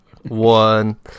One